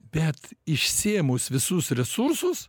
bet išsėmus visus resursus